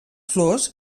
flors